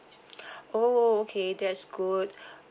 oh okay that's good